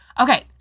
Okay